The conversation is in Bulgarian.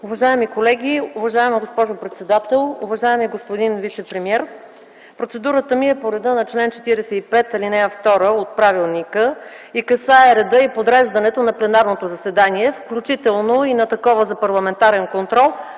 Уважаеми колеги, уважаема госпожо председател, уважаеми господин вицепремиер! Процедурата ми е по реда на чл. 45, ал. 2 от правилника и касае реда и подреждането на пленарното заседание, включително и на такова за парламентарен контрол,